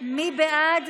מי בעד?